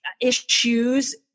issues